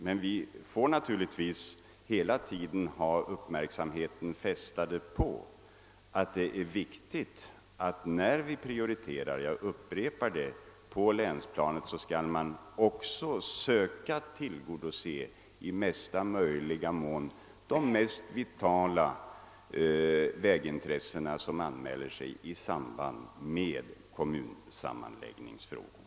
Men vi skall naturligtvis hela tiden ha uppmärksamheten fästad på att när vi prioriterar på länsplanet skall vi också i mesta möjliga mån försöka tillgodose de mest vitala vägintressen som anmäler sig i samband med kommunsammanläggningsfrågorna.